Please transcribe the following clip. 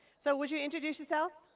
so would you introduce yourself?